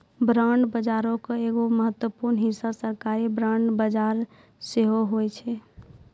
bond बजारो के एगो महत्वपूर्ण हिस्सा सरकारी बांड बजार सेहो होय छै